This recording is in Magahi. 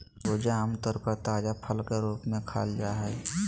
खरबूजा आम तौर पर ताजा फल के रूप में खाल जा हइ